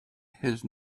his